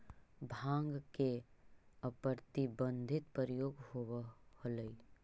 भाँग के अप्रतिबंधित प्रयोग होवऽ हलई